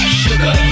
sugar